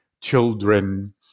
children